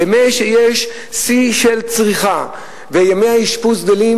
בימים שיש שיא של צריכה ומספר ימי האשפוז גדל,